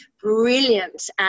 brilliant